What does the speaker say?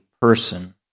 person